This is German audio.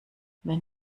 wenn